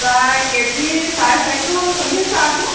প্ৰায় K G চাৰে চাৰিশ চল্লিছ আৰু এতিয়া